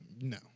No